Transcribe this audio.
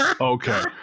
okay